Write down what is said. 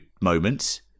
moments